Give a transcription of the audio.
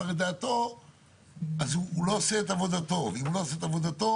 את דעתו אז הוא לא עושה את עבודתו ואם הוא לא עושה את עבודתו